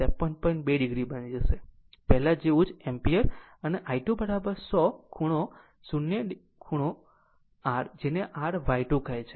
2 o બની જશે પહેલા જેવું એમ્પીયર અને I 2 100 ખૂણો 0 r જેને R y 2 કહે છે